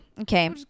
Okay